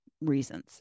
reasons